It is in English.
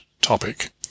topic